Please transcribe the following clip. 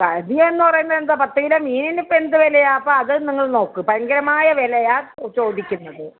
എന്ന് പറയുന്നത് എന്താണ് പത്ത് കിലോ മീനിനിപ്പം എന്ത് വിലയാണ് അപ്പോൾ അത് നിങ്ങൾ നോക്ക് ഭയങ്കരമായ വിലയാണ് ചോദിക്കുന്നത്